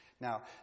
Now